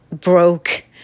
broke